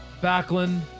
Backlund